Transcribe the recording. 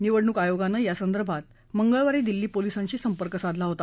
निवडणूक आयोगानं यासंदर्भात मंगळवारी दिल्ली पोलीसांशी संपर्क साधला होता